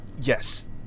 yes